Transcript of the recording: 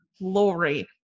Lori